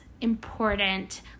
important